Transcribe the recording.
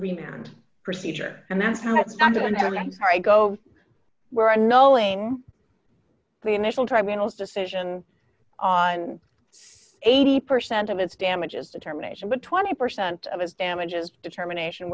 rebound procedure and that's where i go where i knowing the initial tribunals decision on eighty percent of its damages determination but twenty percent of his damages determination